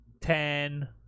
ten